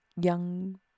young